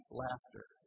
laughter